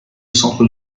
centre